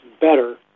better